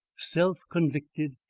self-convicted,